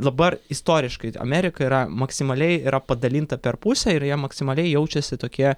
dabar istoriškai amerika yra maksimaliai yra padalinta per pusę ir jie maksimaliai jaučiasi tokie